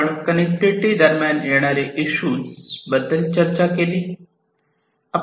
आपण कनेक्टिविटी दरम्यान येणाऱ्या डिफरंट इशू बद्दल चर्चा केली